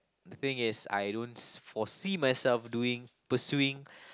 the thing is I don't foresee myself doing pursuing